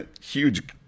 huge